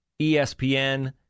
ESPN